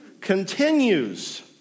continues